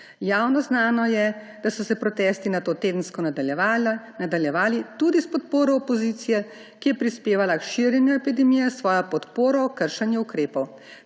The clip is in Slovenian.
Javno znano je, da so se protesti nato tedensko nadaljevali, tudi s podporo opozicije, ki je prispevala k širjenju epidemije s svojo podporo kršenju ukrepov.